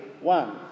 one